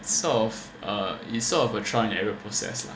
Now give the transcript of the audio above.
sort of uh is sort of a try and error process lah